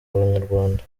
banyarwanda